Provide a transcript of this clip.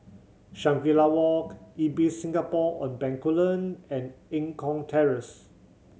Shangri La Walk Ibis Singapore On Bencoolen and Eng Kong Terrace